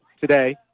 today